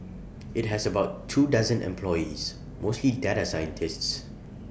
IT has about two dozen employees mostly data scientists